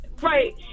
right